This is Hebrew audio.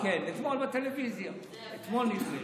שבעים פנים לתורה.